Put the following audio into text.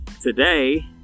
today